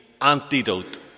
antidote